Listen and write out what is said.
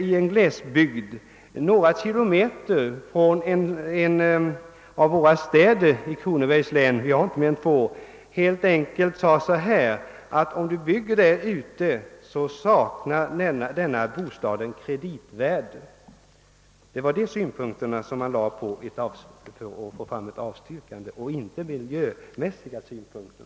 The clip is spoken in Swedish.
I en glesbygd några kilometer från en av våra städer i Kronobergs län — vi har inte mer än två fick en person helt enkelt beskedet, att om han byggde på en viss plats, så skulle hans bostad komma att sakna kreditvärde. Det var alltså sådana synpunkter som anlades för att få till stånd ett avstyrkande i det fallet och inte miljömässiga synpunkter.